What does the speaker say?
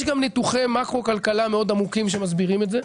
יש גם ניתוחי מאקרו כלכלה מאוד עמוקים שמסבירים את זה.